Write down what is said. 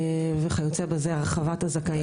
וכיוצא בזה את הרחבת הזכאים.